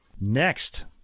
next